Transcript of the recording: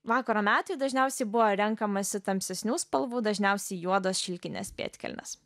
vakaro metui dažniausiai buvo renkamasi tamsesnių spalvų dažniausiai juodos šilkinės pėdkelnės